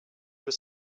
was